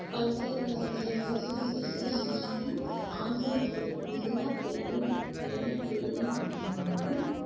பல்கலைக்கழகங்கள் கல்லூரிகளில் இன்றைக்கி ஆண்களுக்கு நிகராக பெண்கள் வேலை செய்யலை அப்படின்னாலும்